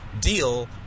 deal